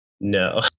no